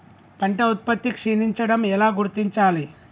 పంట ఉత్పత్తి క్షీణించడం ఎలా గుర్తించాలి?